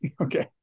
okay